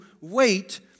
wait